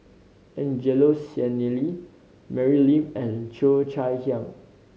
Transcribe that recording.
Angelo Sanelli Mary Lim and Cheo Chai Hiang